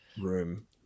room